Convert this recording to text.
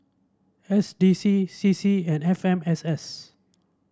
S D C C C and F M S S